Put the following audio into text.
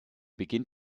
beginnt